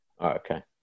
okay